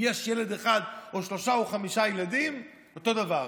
אם יש ילד אחד או שלושה או חמישה ילדים, אותו דבר.